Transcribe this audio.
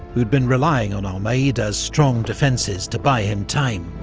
who'd been relying on almeida's strong defences to buy him time.